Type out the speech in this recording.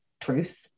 truth